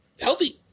healthy